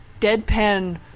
deadpan